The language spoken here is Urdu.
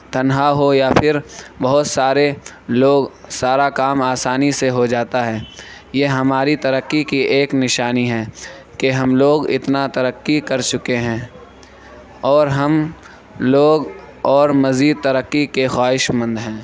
تنہا ہو یا پھر بہت سارے لوگ سارا کام آسانی سے ہو جاتا ہے یہ ہماری ترقی کے ایک نشانی ہے کہ ہم لوگ اتنا ترکی کر چکے ہیں اور ہم لوگ اور مزید ترقی کے خواہش مند ہیں